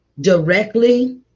directly